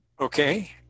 Okay